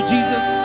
Jesus